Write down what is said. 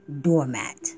doormat